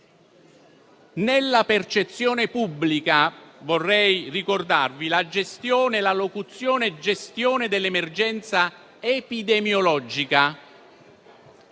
Nella percezione pubblica vorrei ricordarvi la locuzione "gestione dell'emergenza epidemiologica".